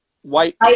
White